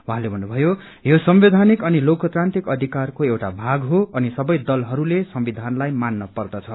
उहाँले भन्नुभयो यो संवैधानिक अनि लोकतांत्रिक अधिकारको एउटा भाग हो अनि सबै दलहरूले संविधानलाई मान्न पर्दछ